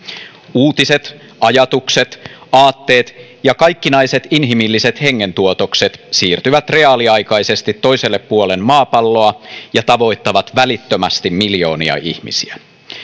uutiset ajatukset aatteet ja kaikkinaiset inhimilliset hengentuotokset siirtyvät reaaliaikaisesti toiselle puolen maapalloa ja tavoittavat välittömästi miljoonia ihmisiä